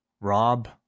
Rob